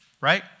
Right